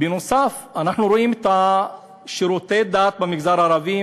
בנוסף, אנחנו רואים את שירותי הדת במגזר הערבי.